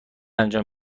انجام